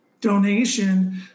donation